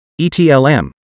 ETLM